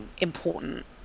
important